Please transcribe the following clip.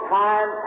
time